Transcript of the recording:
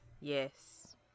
Yes